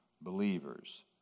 believers